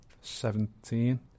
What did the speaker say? seventeen